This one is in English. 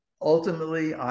ultimately